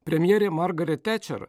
premjerė margaret tečer